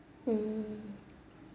mm